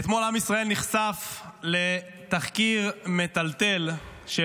אתמול עם ישראל נחשף לתחקיר מטלטל של